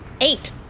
Eight